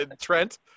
trent